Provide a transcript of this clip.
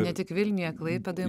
ne tik vilniuje klaipėdoj